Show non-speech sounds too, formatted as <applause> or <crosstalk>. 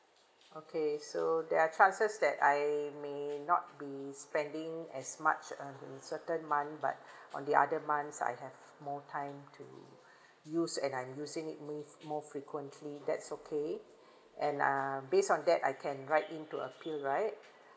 okay so there are chances that I may not be spending as much on a certain month but <breath> on the other months I have more time to <breath> use and I'm using it more frequently that's okay <breath> and uh based on that I can write in to appeal right